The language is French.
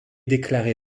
déclaré